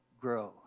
grow